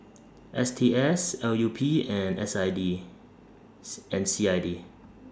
S T S L U P and S I D and C I D